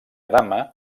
dama